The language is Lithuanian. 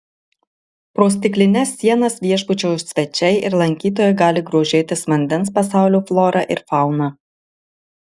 pro stiklines sienas viešbučio svečiai ir lankytojai gali grožėtis vandens pasaulio flora ir fauna